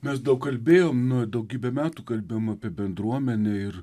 mes daug kalbėjom nu daugybę metų kalbėjom apie bendruomenę ir